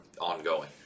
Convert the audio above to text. ongoing